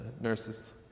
nurses